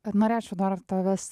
kad norėčiau dar tavęs